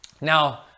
Now